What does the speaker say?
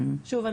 שוב,